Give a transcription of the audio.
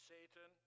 Satan